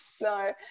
No